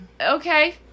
Okay